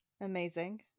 amazing